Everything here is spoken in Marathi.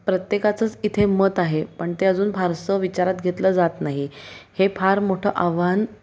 प्रत्येकाचंच इथे मत आहे पण ते अजून फारसं विचारात घेतलं जात नाही हे फार मोठं आव्हान